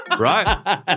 right